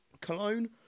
Cologne